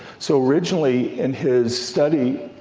so originally in his study,